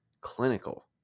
clinical